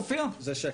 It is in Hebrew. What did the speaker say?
זה שקל.